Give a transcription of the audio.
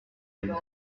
miles